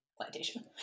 plantation